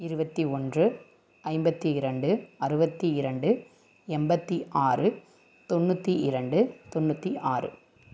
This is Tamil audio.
இருபத்தி ஒன்று ஐம்பத்தி இரண்டு அறுபத்தி இரண்டு எண்பத்தி ஆறு தொண்ணூற்றி இரண்டு தொண்ணூற்றி ஆறு